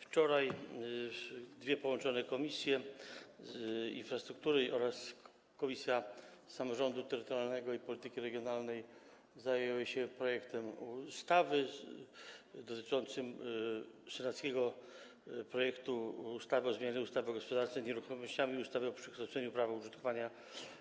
Wczoraj dwie komisje, Komisja Infrastruktury oraz Komisja Samorządu Terytorialnego i Polityki Regionalnej, zajęły się projektem ustawy dotyczącym senackiego projektu ustawy o zmianie ustawy o gospodarce nieruchomościami i ustawy o przekształceniu prawa użytkowania